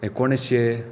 एकोणीशे